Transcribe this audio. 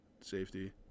safety